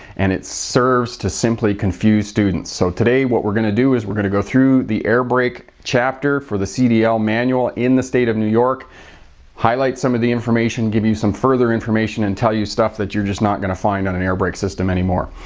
and it serves to simply confuse students. so today, what we're going to do, is we're going to go through the air brake chapter for the cdl manual in the state of new york. and highlight some of the information give you some further information and tell you stuff that you're just not going to find on an air brake system anymore.